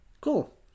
Cool